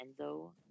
Enzo